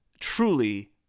truly